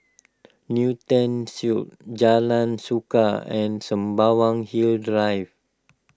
Newton Suites Jalan Suka and Sembawang Hills Drive